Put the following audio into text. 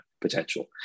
potential